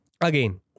again